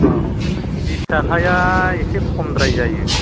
औ बिस थाखाया एसे खमद्राय जायो